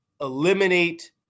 eliminate